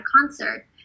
concert